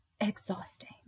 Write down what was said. exhausting